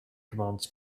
commands